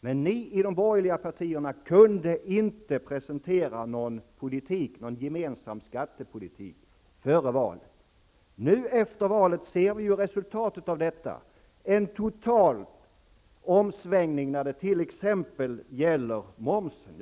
Men de borgerliga partierna kunde inte presentera någon gemensam skattepolitik före valet. Efter valet ser vi ju resultatet av detta: en total omsvängning när det t.ex. gäller momsen.